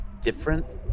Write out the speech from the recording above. different